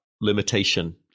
limitation